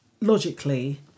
logically